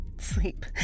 Sleep